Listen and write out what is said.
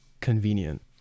convenient